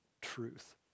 truth